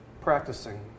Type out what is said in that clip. practicing